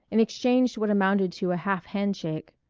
and exchanged what amounted to a half handshake.